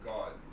God